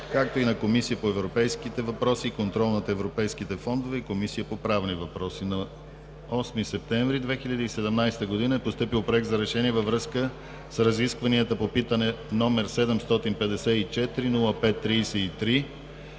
както и на Комисията по европейските въпроси и контрол над европейските фондове, и Комисията по правни въпроси. На 8 септември 2017 г. е постъпил Проект за решение във връзка с разискванията по питане, № 754-05-33